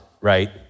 right